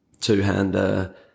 two-hander